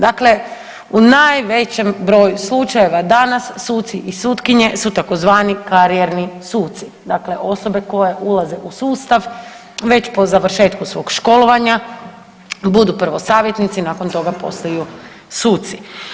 Dakle, u najvećem broju slučajeva danas suci i sutkinje su tzv. karijerni suci dakle osobe koje ulaze u sustav već po završetku svog školovanja budu prvo savjetnici, nakon toga postaju suci.